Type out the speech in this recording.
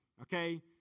okay